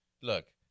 Look